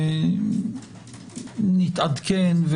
נתעדכן,